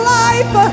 life